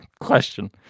question